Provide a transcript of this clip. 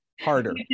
harder